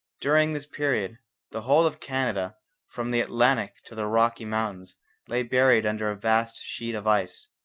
during this period the whole of canada from the atlantic to the rocky mountains lay buried under a vast sheet of ice.